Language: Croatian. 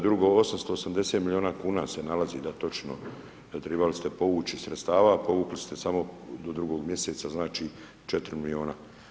Drugo, 880 milijuna kuna se nalazi, da točno, tribali ste povući iz sredstava, povukli ste samo do drugog mjeseca, znači, 4 milijuna.